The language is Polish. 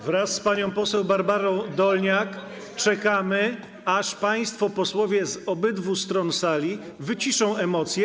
Wraz z panią poseł Barbarą Dolniak czekamy, aż państwo posłowie z obydwu stron stali wyciszą emocje.